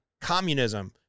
communism